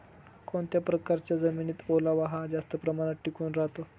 कोणत्या प्रकारच्या जमिनीत ओलावा हा जास्त प्रमाणात टिकून राहतो?